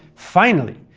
finally,